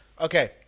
Okay